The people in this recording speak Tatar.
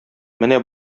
менә